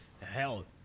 Hell